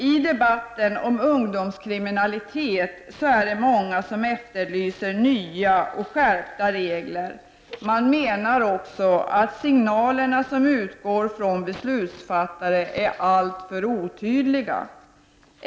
I debatten om ungdomskriminalitet har många efterlyst nya och skärpta regler. Man menar också att de signaler som utgår från beslutsfattare är alltför otydliga.